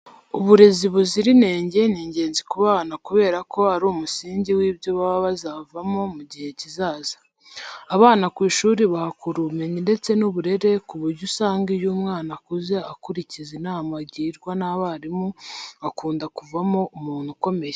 Uburezi buzira inenge ni ingenzi ku bana kubera ko ari umusingi w'ibyo baba bazavamo mu gihe kizaza. Abana ku ishuri bahakura umumenyi ndetse n'uburere ku buryo usanga iyo umwana akuze akurikiza inama agirwa na mwarimu akunda kuvamo umuntu ukomeye.